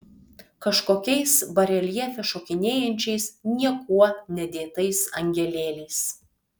kažkokiais bareljefe šokinėjančiais niekuo nedėtais angelėliais